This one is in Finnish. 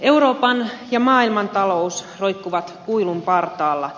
euroopan ja maailman talous roikkuu kuilun partaalla